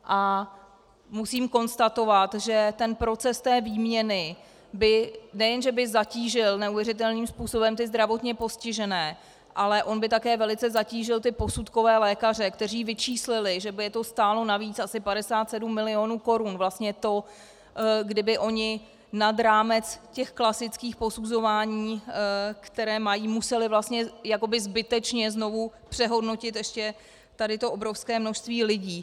A musím konstatovat, že ten proces výměny nejenže by zatížil neuvěřitelným způsobem zdravotně postižené, ale on by také velice zatížil ty posudkové lékaře, kteří vyčíslili, že by je to stálo navíc asi 57 milionů korun, vlastně to, kdyby oni nad rámec těch klasických posuzování, která mají, museli vlastně jakoby zbytečně znovu přehodnotit ještě tady to obrovské množství lidí.